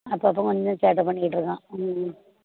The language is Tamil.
அப்பப்போ கொஞ்சம் சேட்டை பண்ணிகிட்ருக்கான் ம் ம்